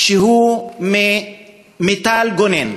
הוא מטל גונן.